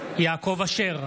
יעקב אשר,